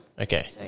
Okay